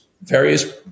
various